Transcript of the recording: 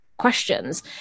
Questions